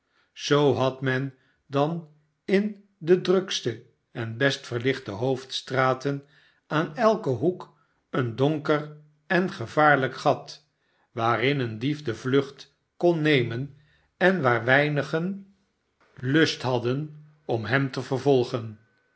zoo had men dan in de drukste en best verlichte hoofdstraten aan elken hoek een donker en gevaarlijk gat waarm een dief de vlucht kon nemen en waar weinigen lust hadden om earnaby rudge hem te vervolgen